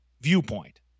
viewpoint